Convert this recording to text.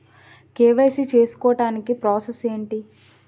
KYC చేసుకోవటానికి process ఏంటి?